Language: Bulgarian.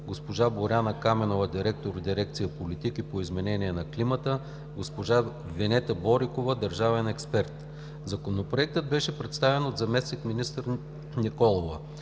госпожа Боряна Каменова, директор в дирекция „Политики по изменение на климата“, госпожа Венета Борикова, държавен експерт. Законопроектът беше представен от заместник-министър Николова.